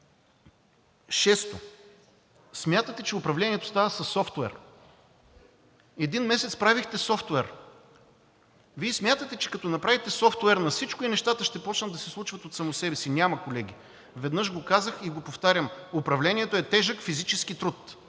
Шесто, смятате, че управлението става със софтуер. Един месец правихте софтуер. Вие смятате, че като направите софтуер на всичко, и нещата ще започнат да се случват от само себе си. Няма, колеги. Веднъж го казах и го повтарям: управлението е тежък физически труд